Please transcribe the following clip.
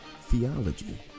theology